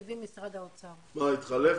האוצר.